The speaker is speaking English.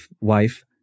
wife